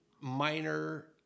minor